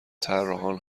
طراحان